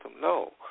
No